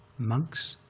monks,